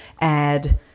add